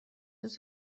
روز